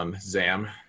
Zam